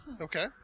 Okay